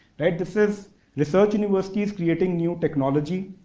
this is research universities creating new technology.